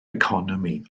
economi